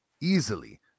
easily